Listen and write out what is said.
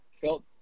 felt